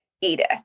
Edith